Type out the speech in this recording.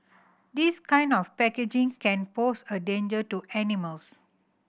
this kind of packaging can pose a danger to animals